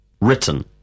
written